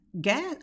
gas